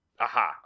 Aha